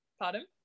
Pardon